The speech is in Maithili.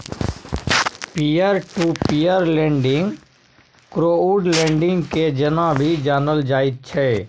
peer to peer lending crowd lending के जेना भी जानल जाइत छै